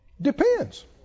Depends